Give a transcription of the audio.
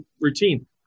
routine